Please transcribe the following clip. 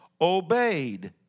obeyed